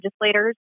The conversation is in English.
legislators